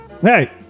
Hey